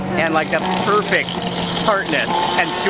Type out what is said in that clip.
and like the perfect tartness and